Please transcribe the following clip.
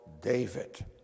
David